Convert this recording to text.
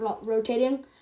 rotating